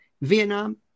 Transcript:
Vietnam